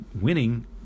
winning